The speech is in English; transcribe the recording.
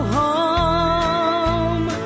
home